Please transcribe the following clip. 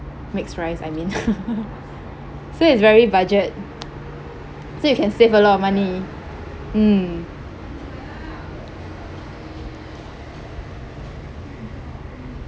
mixed rice I mean so it's very budget so you can save a lot of money mm